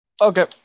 Okay